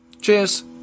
Cheers